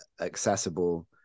accessible